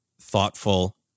thoughtful